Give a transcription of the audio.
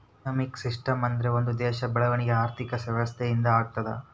economic system ಅಂದ್ರೆ ಒಂದ್ ದೇಶದ ಬೆಳವಣಿಗೆ ಆರ್ಥಿಕ ವ್ಯವಸ್ಥೆ ಇಂದ ಆಗುತ್ತ